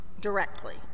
directly